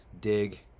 dig